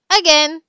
again